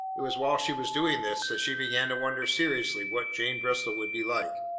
it was while she was doing this that she began to wonder seriously what jane bristol would be like.